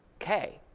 ok,